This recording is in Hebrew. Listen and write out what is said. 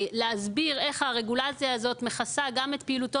להסביר איך הרגולציה הזו מכסה גם את פעילותו